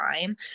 time